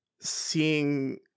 seeing